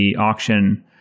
auction